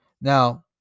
Now